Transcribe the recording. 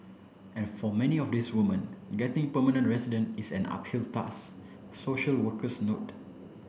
and for many of these women getting permanent residence is an uphill task social workers note